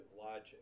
logic